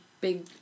Big